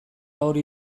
hori